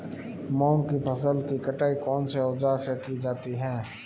मूंग की फसल की कटाई कौनसे औज़ार से की जाती है?